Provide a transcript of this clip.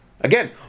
Again